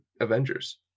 Avengers